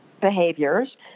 behaviors